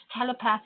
telepathy